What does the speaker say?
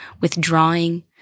withdrawing